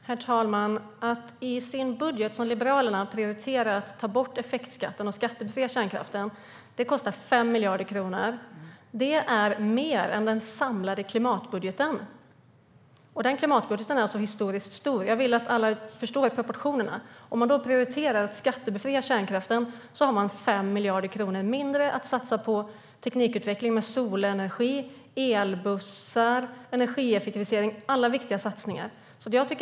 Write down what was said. Herr talman! I sin budget har Liberalerna prioriterat att ta bort effektskatten och fler skatter på kärnkraften. Det kostar 5 miljarder kronor. Det är mer än den samlade klimatbudgeten. Och den klimatbudgeten är alltså historiskt stor. Jag vill att alla förstår proportionerna. Om man prioriterar att skattebefria kärnkraften har man 5 miljarder kronor mindre att satsa på teknikutveckling av till exempel solenergi, elbussar, energieffektivisering - alla viktiga satsningar.